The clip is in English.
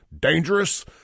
dangerous